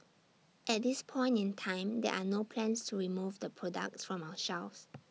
at this point in time there are no plans to remove the products from our shelves